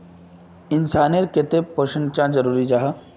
इंसान नेर केते पोषण चाँ जरूरी जाहा?